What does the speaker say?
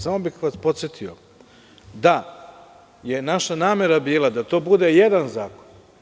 Samo bih vas podsetio da je naša namera bila da to bude jedan zakon.